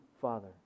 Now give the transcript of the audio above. Father